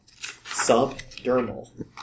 Subdermal